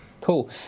Cool